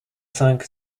cinq